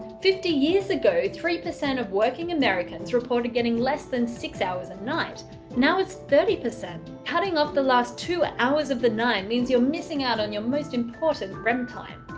fifty years ago, three percent of working americans reported getting less than six hours a night now it's thirty. cutting off the last two hours of the night means you're missing out on your most important rem time.